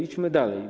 Idźmy dalej.